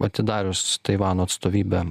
atidarius taivano atstovybę